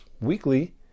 weekly